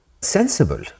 sensible